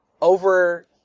over